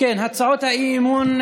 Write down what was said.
הצעות האי-אמון.